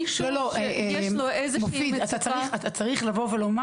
אתה צריך לומר: